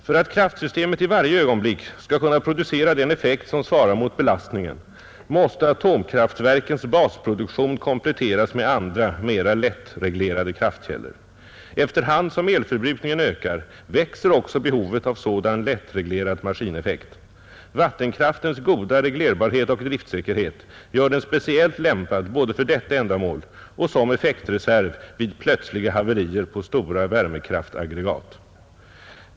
För att kraftsystemet i varje ögonblick skall kunna producera den effekt som svarar mot belastningen måste atomkraftverkens basproduktion kompletteras med andra mera lättreglerade kraftkällor. Efter hand som elförbrukningen ökar växer också behovet av sådan lättreglerad maskineffekt. Vattenkraftens goda reglerbarhet och driftsäkerhet gör den speciellt lämpad både för detta ändamål och som effektreserv vid plötsliga haverier på stora värmekraftaggregat.